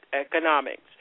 economics